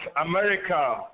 America